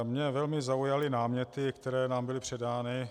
Mě velmi zaujaly náměty, které nám byly předány.